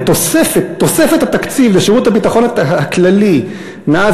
תוספת התקציב לשירות הביטחון הכללי מאז